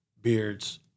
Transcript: beards